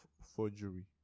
forgery